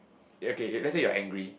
okay let say you are angry